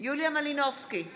יוליה מלינובסקי קונין,